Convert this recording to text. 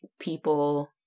people